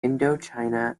indochina